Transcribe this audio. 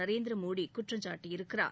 நரேந்திர மோடி குற்றம் சாட்டியிருக்கிறார்